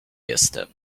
jestem